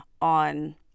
on